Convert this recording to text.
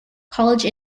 college